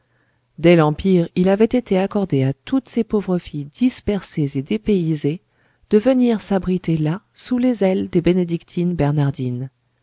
dès l'empire il avait été accordé à toutes ces pauvres filles dispersées et dépaysées de venir s'abriter là sous les ailes des